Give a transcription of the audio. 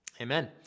Amen